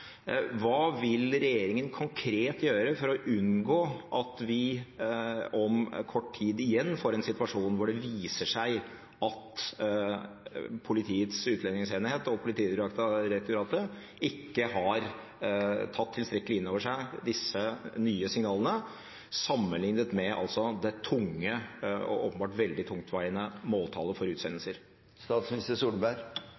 Hva vil regjeringen konkret gjøre for å unngå at vi om kort tid igjen får en situasjon hvor det viser seg at Politiets utlendingsenhet og Politidirektoratet ikke har tatt tilstrekkelig innover seg disse nye signalene, sammenlignet med det tunge og åpenbart veldig tungtveiende måltallet for utsendelser?